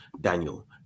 Daniel